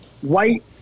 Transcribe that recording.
white